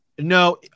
No